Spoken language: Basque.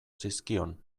zizkion